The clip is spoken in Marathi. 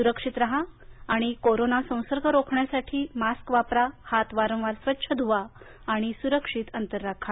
सुरक्षित राहा आणि कोरोना संसर्ग रोखण्यासाठी मास्क वापरा हात वारंवार स्वच्छ धुवा आणि सुरक्षित अंतर राखा